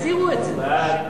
תיכף יושב-ראש האופוזיציה.